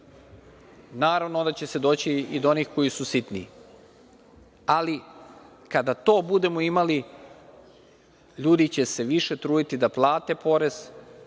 da će se doći i do onih koji su sitniji, ali kada to budemo imali ljudi će se više truditi da plate porez,